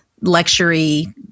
luxury